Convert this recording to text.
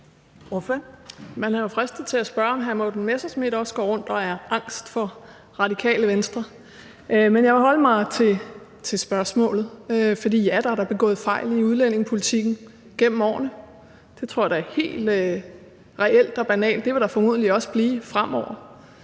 Man er jo fristet til at spørge, om hr. Morten Messerschmidt også går rundt og er angst for Radikale Venstre. Men jeg vil holde mig til spørgsmålet. Ja, der er da begået fejl i udlændingepolitikken gennem årene. Det tror jeg da er helt reelt og banalt, og det vil der formodentlig også blive gjort fremover.